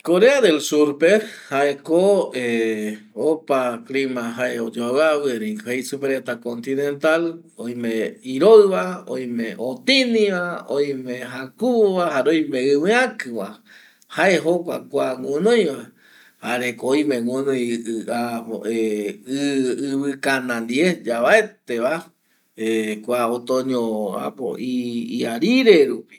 Korea del Surpe jaeko opa clima oyoaviavi erei jei supereta continetal, oime iroiva oime otiniva, oime jakuvova jare oime jare oime iviakiva jae jokua kua guioiva jareko oime guinoi ɨ ivikana ndie yavaeteva kua otoño ápo iarire rupi